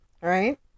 right